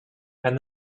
and